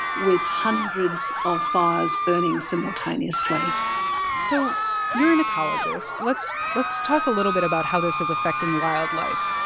with hundreds of fires burning simultaneously so you're an ecologist. let's let's talk a little bit about how this is affecting wildlife.